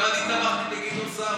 גם אני תמכתי בגדעון סער.